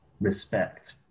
respect